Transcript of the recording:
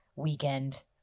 Weekend